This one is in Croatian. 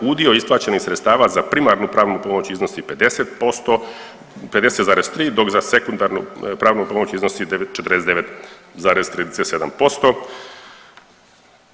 Udio isplaćenih sredstava za primarnu pravnu pomoć iznosi 50%, 50,3 dok za sekundarnu pravnu pomoć iznosi 49,37%